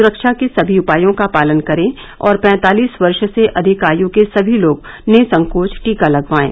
सुरक्षा के सभी उपायों का पालन करें और पैंतालीस वर्ष से अधिक आयु के सभी लोग निःसंकोच टीका लगवाएं